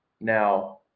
Now